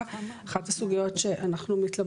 זה צמד